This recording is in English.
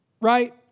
right